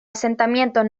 asentamientos